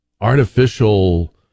artificial